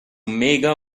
mega